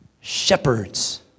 Shepherds